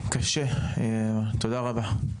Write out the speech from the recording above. קשה, תודה רבה.